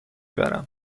برم